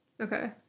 Okay